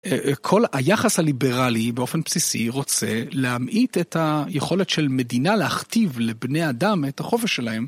כל היחס הליברלי באופן בסיסי רוצה להמעיט את היכולת של מדינה להכתיב לבני אדם את החופש שלהם.